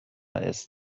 ist